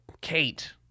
Kate